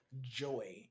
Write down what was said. joy